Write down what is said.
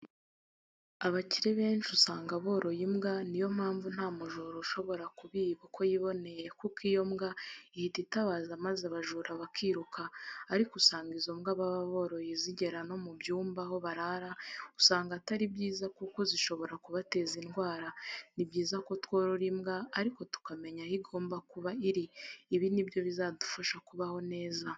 Abakire benshi usanga boroye imbwa ni yo mpamvu nta mujura ushobora kubiba uko yiboneye kuko iyo mbwa ihita itabaza maze abajura bakiruka ariko usanga izo mbwa baba boroye zigera no mu byumba aho barara usanga atari byiza kuko zishobora kubateza indwara, ni byiza ko tworora imbwa ariko tukamenya aho igomba kuba iri, ibi ni byo bizadufasha kubaho neza.